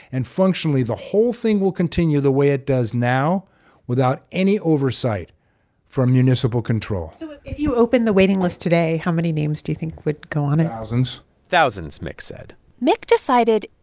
and functionally, the whole thing will continue the way it does now without any oversight from municipal control so if you opened the waiting list today, how many names do you think would go on it? thousands thousands, mick said mick decided,